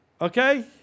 Okay